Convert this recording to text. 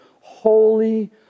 Holy